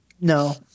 No